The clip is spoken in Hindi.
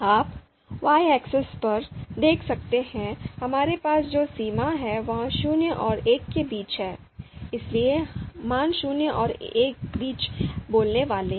आप Y axisपर देख सकते हैं हमारे पास जो सीमा है वह शून्य और एक के बीच है इसलिए मान शून्य और एक के बीच बोलने वाले हैं